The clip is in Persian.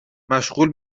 مشغول